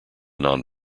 non